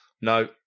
no